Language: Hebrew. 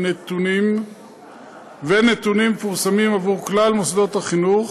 הנתונים מתפרסמים עבור כלל מוסדות החינוך,